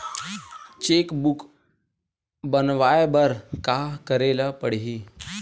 Cheque book बनवाय बर का करे ल पड़हि?